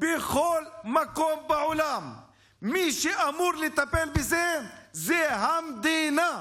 בכל מקום בעולם מי שאמור לטפל בזה זה המדינה.